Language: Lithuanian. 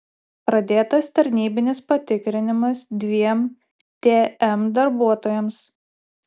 pradėtas tarnybinis patikrinimas dviem tm darbuotojams